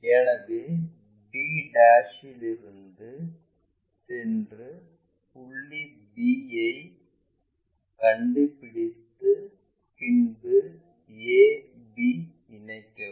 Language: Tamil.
எனவே b இலிருந்து சென்று புள்ளி b ஐக் கண்டுபிடித்து பின்பு ab இணைக்கவும்